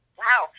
wow